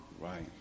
Right